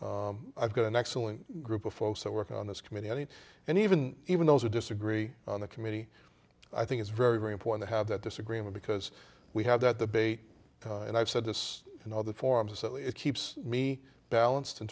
i've got an excellent group of folks that work on this committee any and even even those who disagree on the committee i think it's very very important to have that disagreement because we have that debate and i've said this in other forums so it keeps me balanced in